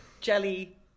jelly